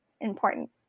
important